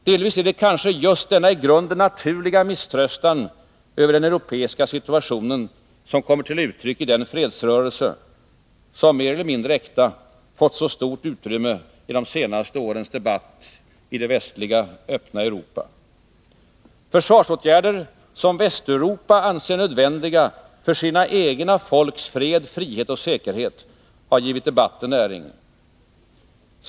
Delvis är det kanske just denna i grunden naturliga misströstan över den europeiska situationen som kommer till uttryck i den fredsrörelse som — mer eller mindre äkta — har fått så stort utrymme i de senaste årens debatt i det västliga, öppna Europa. Försvarsåtgärder som Västeuropa anser nödvändiga för sina egna folks fred, frihet och säkerhet har givit debatten näring.